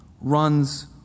runs